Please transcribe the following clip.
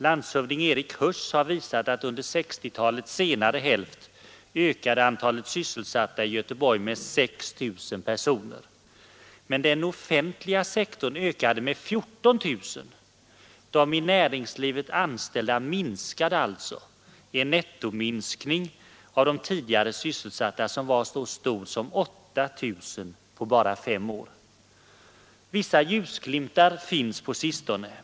Landshövding Erik Huss har visat att under 1960-talets senare hälft ökade antalet sysselsatta i Göteborg med 6 000 personer men den offentliga sektorn ökade med 14000. De i näringslivet anställda minskade alltså; en nettominskning av de tidigare sysselsatta som var så stor som 8 000 på bara fem år. Vissa ljusglimtar finns på sistone.